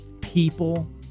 people